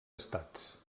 estats